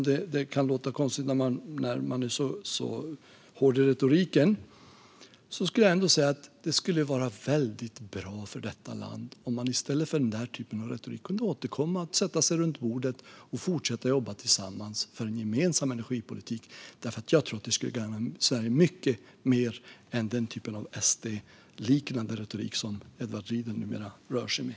Det kan låta konstigt för någon som är så hård i retoriken, men jag vill ändå säga att det vore väldigt bra för vårt land om man i stället för att använda sådan här retorik kunde sätta sig runt bordet igen och fortsätta jobba för en gemensam energipolitik. Det skulle gagna Sverige mycket mer än den SD-liknande retorik som Edward Riedl numera rör sig med.